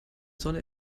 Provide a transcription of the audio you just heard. sonne